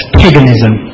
paganism